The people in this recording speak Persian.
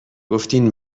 گفتین